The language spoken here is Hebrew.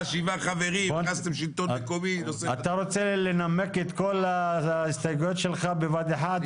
אתה רוצה לנמק את כל ההסתייגויות שלך בבת אחת,